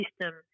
system